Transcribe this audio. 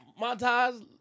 montage